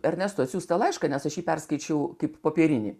ernesto atsiųstą laišką nes aš jį perskaičiau kaip popierinį